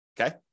Okay